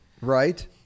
right